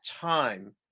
time